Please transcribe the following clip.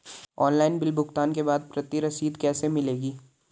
Online bill भुगतान के बाद प्रति रसीद कैसे मिलेगी?